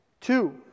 Two